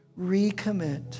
recommit